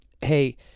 Hey